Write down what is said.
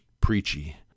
preachy